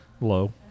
low